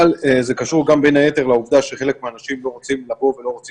אבל זה קשור גם בין היתר לעובדה שחלק מהאנשים לא רוצים לבוא ולא רוצים